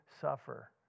suffer